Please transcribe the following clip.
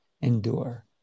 endure